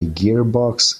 gearbox